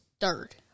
third